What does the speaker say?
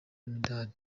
imidari